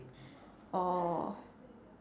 or